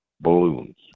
balloons